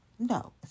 No